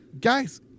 Guys